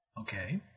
Okay